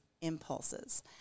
impulses